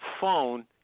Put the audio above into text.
phone